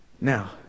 Now